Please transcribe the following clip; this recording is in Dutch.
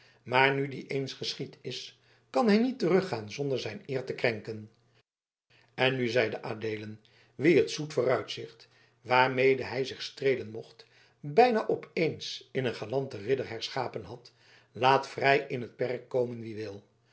maar nu die eens geschied is kan hij niet teruggaan zonder zijn eer te krenken en nu zeide adeelen wien het zoet vooruitzicht waarmede hij zich streelen mocht bijna op eens in een galanten ridder herschapen had laat vrij in t perk komen wie wil